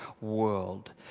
world